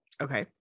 Okay